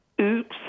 oops